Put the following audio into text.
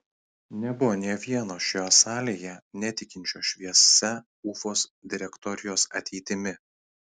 nebuvo nė vieno šioje salėje netikinčio šviesia ufos direktorijos ateitimi